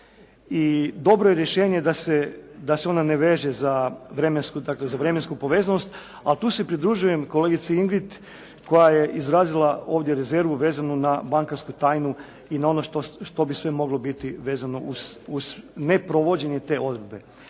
i dobro je rješenje da se ona ne veže za vremensku povezanost, ali tu se pridružujem kolegici Ingrid koja je izrazila ovdje rezervu vezanu na bankarsku tajnu i na ono što bi sve moglo biti vezano uz neprovođenje te odredbe.